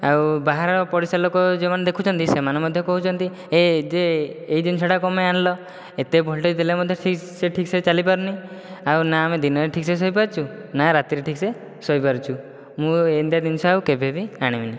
ଆଉ ବାହାର ପଡ଼ିସା ଲୋକ ଯେଉଁମାନେ ଦେଖୁଛନ୍ତି ସେମାନେ ମଧ୍ୟ କହୁଛନ୍ତି ଏ ଯେ ଏଇ ଜିନିଷଟା କଣ ପାଇଁ ଆଣିଲ ଏତେ ଭୋଲ୍ଟେଜ ଦେଲେ ମଧ୍ୟ ସେ ଠିକ ସେ ଚାଲିପାରୁନି ଆଉ ନା ଆମେ ଦିନରେ ଠିକ ସେ ଶୋଇପାରୁଛୁ ନା ରାତିରେ ଠିକ ସେ ଶୋଇପାରୁଛୁ ମୁଁ ଏମିତିଆ ଜିନିଷ କେବେ ବି ଆଣିବିନି